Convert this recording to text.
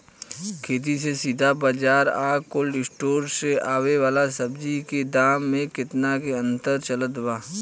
खेत से सीधा बाज़ार आ कोल्ड स्टोर से आवे वाला सब्जी के दाम में केतना के अंतर चलत बा?